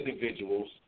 individuals